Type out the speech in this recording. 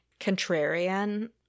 contrarian